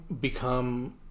become